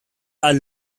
are